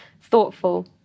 thoughtful